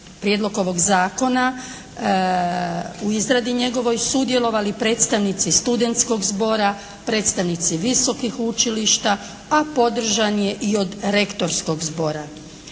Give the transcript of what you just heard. prijedlog ovog zakona, u izradi njegovoj sudjelovali predstavnici studentskog zbora, predstavnici visokih učilišta, a podržan je i od rektorskog zbora.